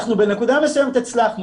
נקודה אחרונה ברשותך,